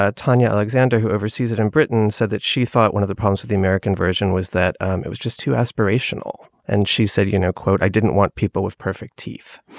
ah tanya alexander, who oversees it in britain, said that she thought one of the punch of the american version was that um it was just too aspirational. and she said, you know, quote, i didn't want people with perfect teeth,